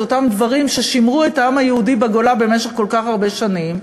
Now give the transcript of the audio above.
את אותם דברים ששימרו את העם היהודי בגולה במשך כל כך הרבה שנים.